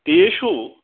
तेषु